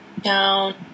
down